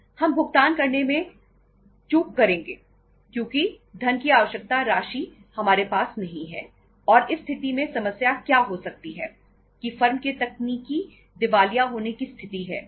हम भुगतान करने में चूक करेंगे क्योंकि धन की आवश्यक राशि हमारे पास नहीं है और इस स्थिति में समस्या क्या हो सकती है कि फर्म के तकनीकी दिवालिया होने की स्थिति है